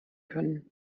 können